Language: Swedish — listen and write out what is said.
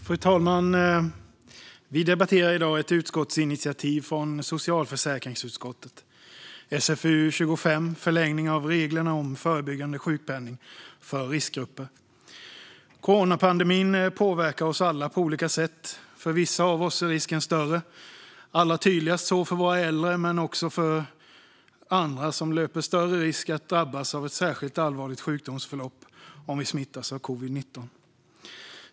Fru talman! Vi debatterar i dag ett utskottsinitiativ från socialförsäkringsutskottet, SfU25, Förlängning av reglerna om förebyggande sjukpenning för riskgrupper . Coronapandemin påverkar oss alla på olika sätt. För vissa av oss är risken större, allra tydligast våra äldre men också andra som löper större risk att drabbas av ett särskilt allvarligt sjukdomsförlopp om de smittas av covid-19.